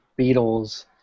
Beatles